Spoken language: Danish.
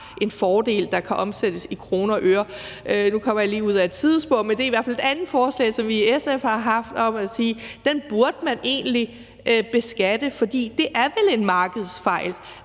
en fordel, der kan omsættes i kroner og øre. Nu kommer jeg lige ud ad et sidespor, men det er i hvert fald et andet forslag, som vi i SF har haft, om at sige, at det burde man egentlig beskatte. For det er vel en markedsfejl,